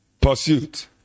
pursuit